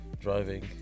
driving